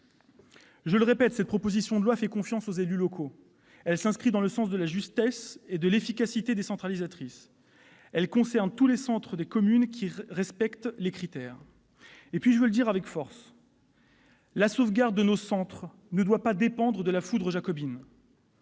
Je le répète, la proposition de loi fait confiance aux élus locaux. Elle s'inscrit dans le sens de la justesse et de l'efficacité décentralisatrice. Elle concerne tous les centres des communes qui respectent les critères. Je veux le dire avec force : la sauvegarde de nos centres ne doit pas dépendre de la foudre jacobine.